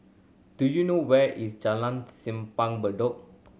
do you know where is Jalan Simpang Bedok